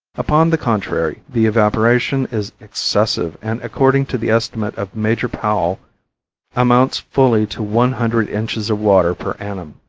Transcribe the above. upon the contrary the evaporation is excessive and according to the estimate of major powell amounts fully to one hundred inches of water per annum.